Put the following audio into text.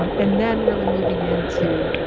um and then really moving into.